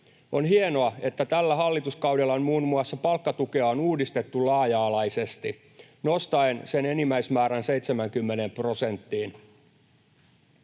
On hienoa, että tällä hallituskaudella muun muassa palkkatukea on uudistettu laaja-alaisesti nostaen sen enimmäismäärä 70 prosenttiin.